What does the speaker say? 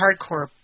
hardcore